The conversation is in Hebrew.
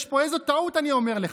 יש פה איזו טעות, אני אומר לך.